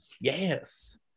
Yes